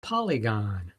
polygon